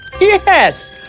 Yes